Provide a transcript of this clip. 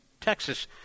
Texas